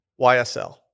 YSL